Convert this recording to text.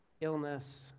illness